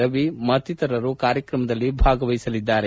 ರವಿ ಮತ್ತಿತರರು ಕಾರ್ಯಕ್ರಮದಲ್ಲಿ ಭಾಗವಹಿಸಲಿದ್ದಾರೆ